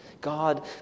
God